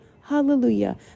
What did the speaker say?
hallelujah